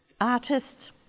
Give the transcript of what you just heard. artist